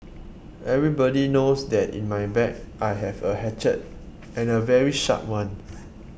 everybody knows that in my bag I have a hatchet and a very sharp one